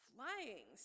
Flying